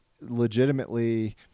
legitimately